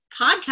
podcast